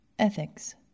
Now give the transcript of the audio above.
Ethics